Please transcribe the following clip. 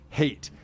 hate